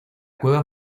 cueva